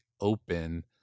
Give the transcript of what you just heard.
open